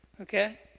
okay